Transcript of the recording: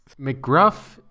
McGruff